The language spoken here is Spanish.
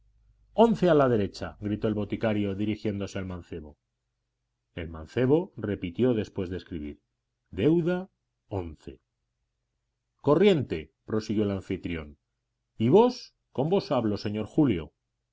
once a la derecha gritó el boticario dirigiéndose al mancebo el mancebo repitió después de escribir deuda once corriente prosiguió el anfitrión y vos con vos hablo señor julio